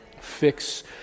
Fix